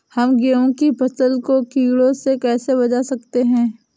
हम गेहूँ की फसल को कीड़ों से कैसे बचा सकते हैं?